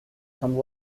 some